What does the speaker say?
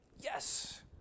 yes